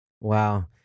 Wow